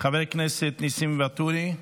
חבר הכנסת ניסים ואטורי,